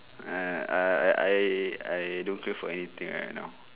um I I I don't crave for anything right now